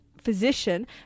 physician